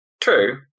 True